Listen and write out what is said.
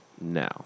now